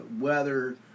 weather